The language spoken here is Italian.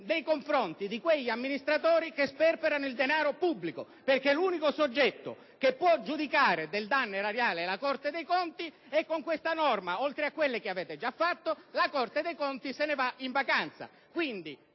nei confronti di quegli amministratori che sperperano il danaro pubblico. L'unico soggetto che può giudicare del danno erariale è la Corte dei conti, la quale con detta norma, oltre a quelle che avete già approvato, va in vacanza.